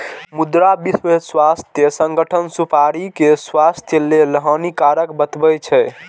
मुदा विश्व स्वास्थ्य संगठन सुपारी कें स्वास्थ्य लेल हानिकारक बतबै छै